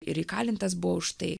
ir įkalintas buvo už tai